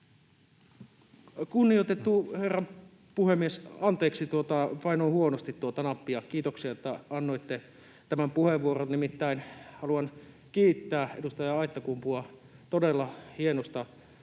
Kunnioitettu herra puhemies! Anteeksi, painoin huonosti nappia. Kiitoksia, että annoitte tämän puheenvuoron. Nimittäin haluan kiittää edustaja Aittakumpua todella hienosta